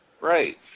Right